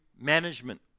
management